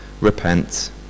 repent